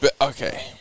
Okay